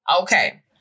Okay